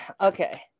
Okay